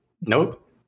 Nope